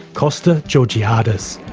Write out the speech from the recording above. costa georgiadis.